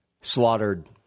slaughtered